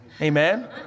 amen